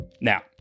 Now